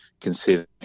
considering